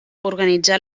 organitzà